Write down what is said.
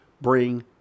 bring